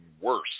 worse